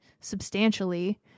substantially